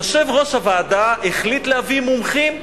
יושב-ראש הוועדה החליט להביא מומחים.